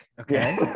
Okay